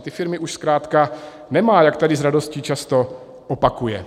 Ty firmy už zkrátka nemá, jak tady s radostí často opakuje.